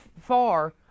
far